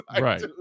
Right